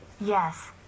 Yes